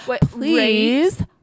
please